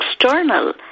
external